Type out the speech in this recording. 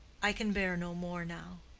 i can bear no more now.